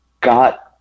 got